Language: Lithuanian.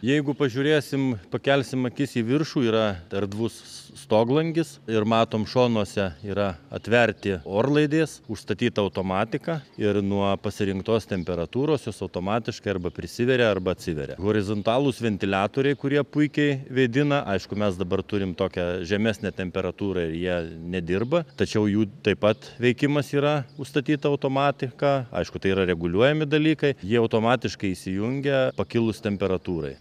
jeigu pažiūrėsim pakelsim akis į viršų yra erdvus stoglangis ir matom šonuose yra atverti orlaidės užstatyta automatika ir nuo pasirinktos temperatūros jos automatiškai arba prisiveria arba atsiveria horizontalūs ventiliatoriai kurie puikiai vėdina aišku mes dabar turim tokią žemesnę temperatūtą ir jie nedirba tačiau jų taip pat veikimas yra užstatyta automatika aišku tai yra reguliuojami dalykai jie automatiškai įsijungia pakilus temperatūrai